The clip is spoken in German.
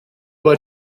war